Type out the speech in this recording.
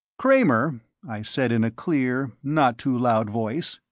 kramer, i said in a clear, not too loud voice,